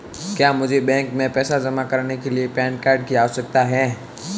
क्या मुझे बैंक में पैसा जमा करने के लिए पैन कार्ड की आवश्यकता है?